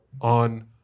on